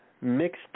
mixed